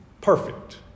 Perfect